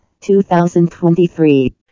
2023